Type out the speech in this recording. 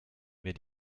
mir